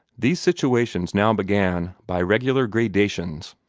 these situations now began, by regular gradations,